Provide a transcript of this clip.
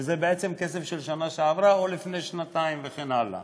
וזה בעצם כסף של השנה שעברה או לפני שנתיים וכן הלאה.